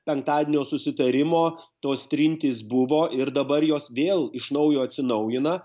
penktadienio susitarimo tos trintys buvo ir dabar jos vėl iš naujo atsinaujina